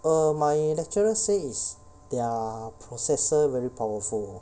err my lecturer say is their processor very powerful